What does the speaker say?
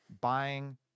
buying